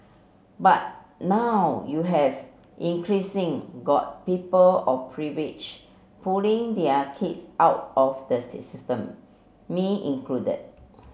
but now you have increasing got people of privilege pulling their kids out of the system me included